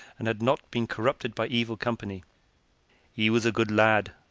and had not been corrupted by evil company he was a good lad,